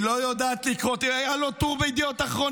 הוא אפילו לא היה חבר כנסת.